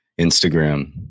Instagram